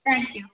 thank you